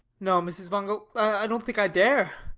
no, mrs. wangel. i don't think i dare.